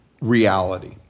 reality